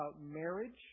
marriage